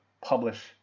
publish